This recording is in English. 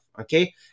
okay